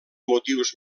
motius